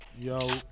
Yo